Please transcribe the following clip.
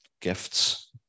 gifts